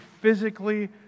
physically